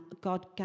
God